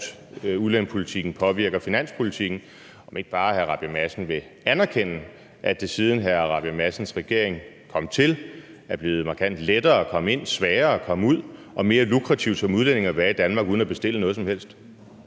udlændingepolitikken påvirker finanspolitikken, om ikke bare hr. Christian Rabjerg Madsen vil anerkende, at det, siden hr. Christian Rabjerg Madsens regering kom til, er blevet markant lettere som udlænding at komme ind, sværere at komme ud og mere lukrativt at være i Danmark uden at bestille noget som helst?